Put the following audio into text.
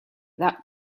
that